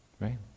right